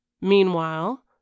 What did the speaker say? Meanwhile